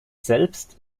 selbst